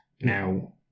Now